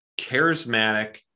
charismatic